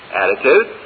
attitude